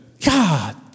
God